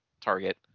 target